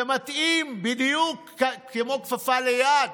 זה מתאים בדיוק כמו כפפה ליד